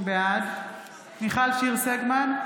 בעד מיכל שיר סגמן,